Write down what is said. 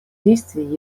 действий